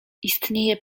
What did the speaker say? istnieje